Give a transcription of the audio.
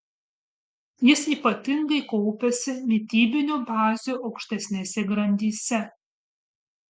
jis ypatingai kaupiasi mitybinių bazių aukštesnėse grandyse